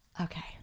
Okay